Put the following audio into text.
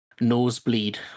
nosebleed